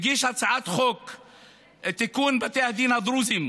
הגיש הצעה לתיקון חוק בתי הדין הדרוזיים.